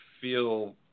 feel